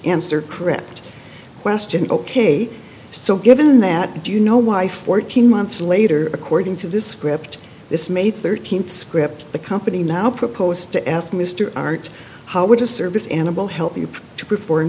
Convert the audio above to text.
answer correct question ok so given that do you know why fourteen months later according to this script this may thirteenth script the company now proposed to ask mr art how would a service animal help you to perform